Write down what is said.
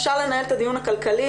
אפשר לנהל את הדיון הכלכלי,